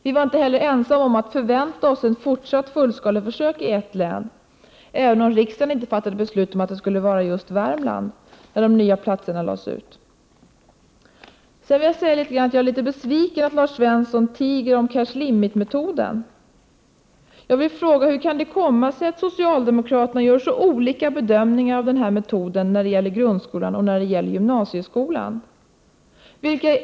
Vi var inte heller ensamma om att förvänta oss ett fortsatt fullskaleförsök i ett län, även om riksdagen inte fattade beslut om att det skulle vara just i Värmland som de nya platserna skulle läggas ut. Jag är vidare litet besviken över att Lars Svensson tiger om cash limit-metoden. Hur kan det komma sig att socialdemokraterna gör så olikartade bedömningar av denna metod när det gäller grundskolan resp. gymnasieskolan?